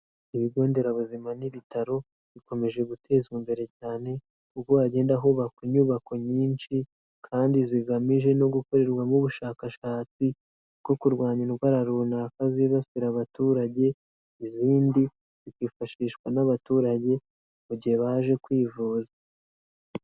Ibigonderabuzima n'ibitaro bikomeje gutezwa imbere cyane, kuko hagenda hubakwa inyubako nyinshi kandi zigamije no gukorerwamo ubushakashatsi bwo kurwanya indwara runaka zibasira abaturage, izindi zikifashishwa n'abaturage mu gihe baje kwivuza.